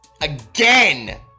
again